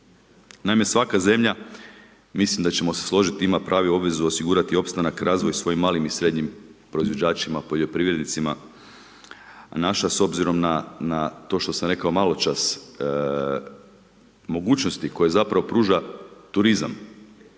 Naime, svaka zemlja, mislim da ćemo složiti, ima pravo i obvezu osigurati opstanak i razvoj svojim malim i srednjim proizvođačima poljoprivrednicima a naša s obzirom na to što sam rekao maločas, mogućnosti koje zapravo pruža turizam